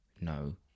no